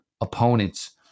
opponents